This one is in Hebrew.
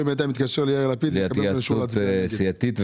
התייעצות סיעתית.